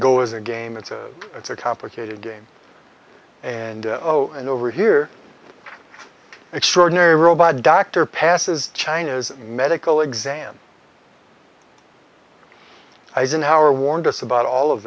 go is a game it's a it's a complicated game and oh and over here extraordinary robot dr passes china's medical exam eisenhower warned us about all of